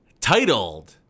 titled